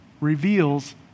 reveals